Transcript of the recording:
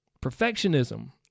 Perfectionism